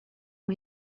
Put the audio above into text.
ont